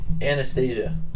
Anastasia